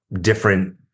different